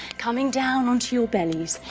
coming down on to your bellies,